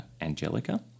angelica